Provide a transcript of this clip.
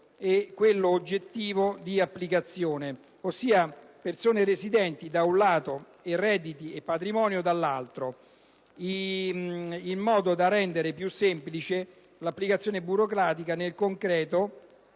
e quello oggettivo di applicazione, ossia persone residenti, da un lato, e redditi e patrimonio, dall'altro, in modo da rendere più semplice l'applicazione burocratica, nel concreto